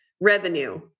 revenue